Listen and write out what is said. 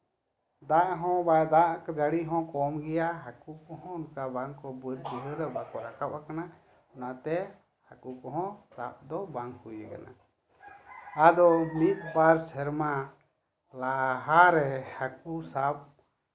ᱫᱟᱜ ᱦᱚᱸ ᱵᱟᱭ ᱫᱟᱜ ᱡᱟᱲᱤ ᱦᱚᱸ ᱠᱚᱢ ᱜᱮᱭᱟ ᱦᱟᱹᱠᱩ ᱠᱚᱦᱚᱸ ᱚᱱᱠᱟ ᱵᱟᱹᱭᱦᱟᱹᱲ ᱨᱮ ᱵᱟᱝᱠᱚ ᱨᱟᱠᱟᱵ ᱟᱠᱟᱱᱟ ᱚᱱᱟᱛᱮ ᱦᱟᱹᱠᱩ ᱠᱚᱦᱚᱸ ᱥᱟᱵ ᱫᱚ ᱵᱟᱝ ᱦᱩᱭᱟᱠᱟᱱᱟ ᱟᱫᱚ ᱢᱤᱫᱼᱵᱟᱨ ᱥᱮᱨᱢᱟ ᱞᱟᱦᱟ ᱨᱮ ᱦᱟᱹᱠᱩ ᱥᱟᱵ